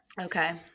Okay